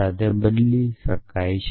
સાથે બદલીને રજૂ કરે છે